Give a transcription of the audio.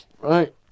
right